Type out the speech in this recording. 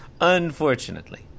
Unfortunately